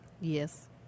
Yes